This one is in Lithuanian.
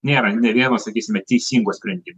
nėra nė vieno sakysime teisingo sprendimo